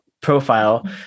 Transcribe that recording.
profile